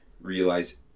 realize